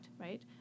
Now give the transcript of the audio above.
right